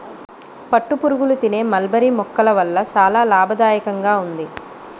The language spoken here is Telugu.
పట్టుపురుగులు తినే మల్బరీ మొక్కల వల్ల చాలా లాభదాయకంగా ఉంది